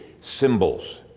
symbols